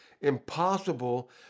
impossible